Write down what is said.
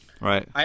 right